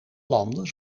landen